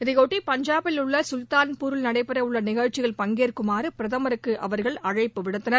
இதையொட்டி பஞ்சாபில் உள்ள சுல்தான்பூரில் நடைபெறவுள்ள நிகழ்ச்சியில் பங்கேற்குமாறு பிரதமருக்கு அவர்கள் அழைப்பு விடுத்தனர்